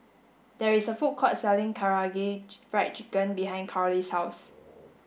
there is a food court selling Karaage Fried Chicken behind Karly's house